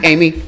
Amy